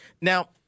Now